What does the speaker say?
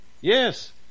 Yes